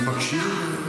אני מקשיב.